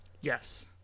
Yes